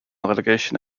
relegation